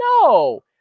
No